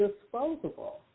disposable